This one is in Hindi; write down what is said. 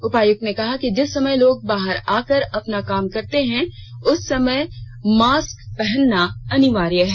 उपायुक्त ने कहा कि जिस समय लोग बाहर आ कर अपना काम करते हैं उस समय मास्क पहनना अनिवार्य है